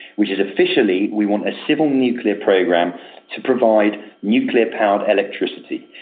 which is officially, we want a civil nuclear program to provide nuclear powered electricity.